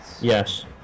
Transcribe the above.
Yes